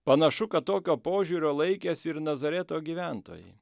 panašu kad tokio požiūrio laikėsi ir nazareto gyventojai